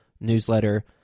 newsletter